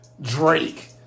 Drake